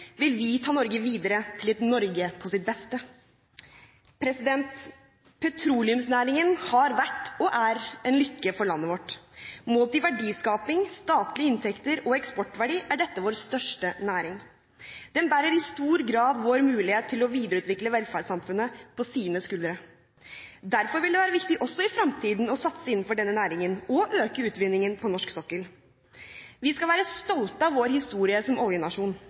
vil vi ta Norge videre til et Norge på sitt beste. Petroleumsnæringen har vært, og er, en lykke for landet vårt. Målt i verdiskaping, statlige inntekter og eksportverdi er dette vår største næring. Den bærer i stor grad vår mulighet til å videreutvikle velferdssamfunnet på sine skuldre. Derfor vil det være viktig også i fremtiden å satse innenfor denne næringen og øke utvinningen på norsk sokkel. Vi skal være stolte av vår historie som oljenasjon.